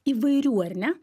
įvairių ar ne